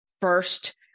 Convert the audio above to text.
first